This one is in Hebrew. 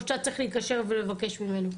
או שאתה צריך להתקשר ולבקש ממנו?